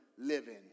living